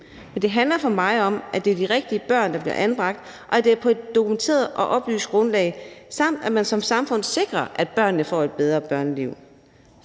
men det handler for mig om, at det er de rigtige børn, der bliver anbragt, og at det er på et dokumenteret og oplyst grundlag, samt at man som samfund sikrer, at børnene får et bedre børneliv.